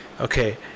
Okay